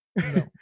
no